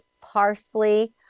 parsley